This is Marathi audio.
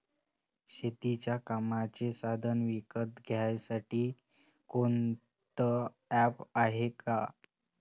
शेतीच्या कामाचे साधनं विकत घ्यासाठी कोनतं ॲप हाये का?